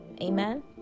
amen